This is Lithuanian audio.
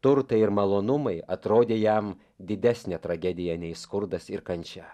turtai ir malonumai atrodė jam didesnė tragedija nei skurdas ir kančia